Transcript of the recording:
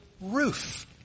roof